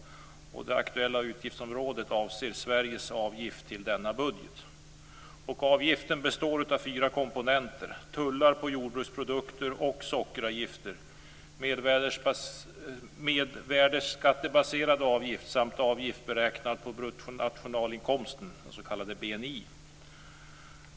Det aktuella utgiftsområdet avser Sveriges avgift till denna budget. Avgiften består av fyra komponenter, nämligen tullar på jordbruksprodukter och sockeravgifter, mervärdesskattebaserad avgift samt avgift beräknad på bruttonationalinkomsten, den s.k. BNI.